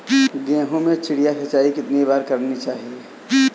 गेहूँ में चिड़िया सिंचाई कितनी बार करनी चाहिए?